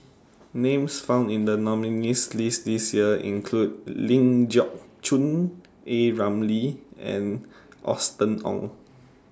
Names found in The nominees' list This Year include Ling Geok Choon A Ramli and Austen Ong